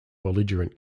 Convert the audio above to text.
belligerent